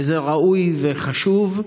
וזה ראוי וחשוב,